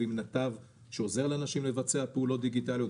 עם נתב שעוזר לאנשים לבצע פעולות דיגיטליות.